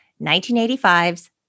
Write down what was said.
1985's